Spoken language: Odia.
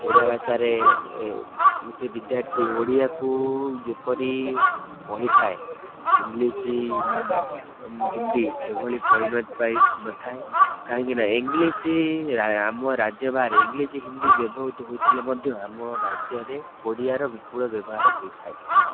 ଓଡ଼ିଆ ଭାଷାରେ ଗୋଟେ ବିଦ୍ୟାର୍ଥୀ ଓଡ଼ିଆକୁ ଯେପରି ପଢ଼ିଥାଏ ଇଂଲିଶ ହିନ୍ଦୀ ଏଭଳି ପଢ଼ି ନଥାଏ କାହିଁକିନା ଇଂଲିଶ ଆମ ରାଜ୍ୟ ବାହାରେ ଇଂଲିଶ ହିନ୍ଦୀ ବ୍ୟବହୃତ ହୋଇଥିଲେ ମଧ୍ୟ ଆମ ରାଜ୍ୟରେ ଓଡ଼ିଆର ବିପୁଳ ବ୍ୟବହାର ହୋଇଥାଏ